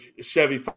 Chevy